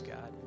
God